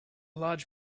large